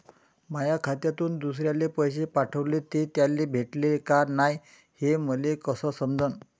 माया खात्यातून दुसऱ्याले पैसे पाठवले, ते त्याले भेटले का नाय हे मले कस समजन?